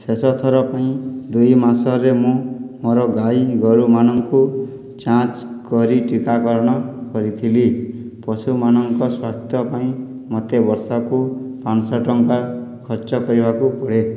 ଶେଷଥର ପାଇଁ ଦୁଇମାସରେ ମୁଁ ମୋର ଗାଈ ଗୋରୁମାନଙ୍କୁ ଯାଞ୍ଚ କରି ଟିକାକରଣ କରିଥିଲି ପଶୁମାନଙ୍କ ସ୍ବାସ୍ଥ୍ୟ ପାଇଁ ମୋତେ ବର୍ଷକୁ ପାଞ୍ଚଶହ ଟଙ୍କା ଖର୍ଚ୍ଚ କରିବାକୁ ପଡ଼େ